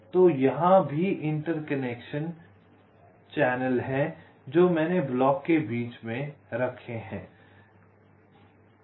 तो यहाँ भी इंटरकनेक्शन चैनल हैं जो मैंने ब्लॉक के बीच में रखे हैं